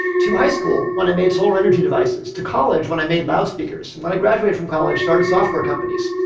to high school, when i made solar energy devices, to college, when i made loudspeakers. and when i graduated from college, i started software companies.